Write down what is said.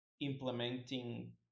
implementing